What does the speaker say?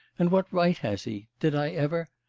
and what right has he? did i ever.